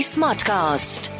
Smartcast